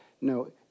no